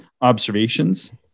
observations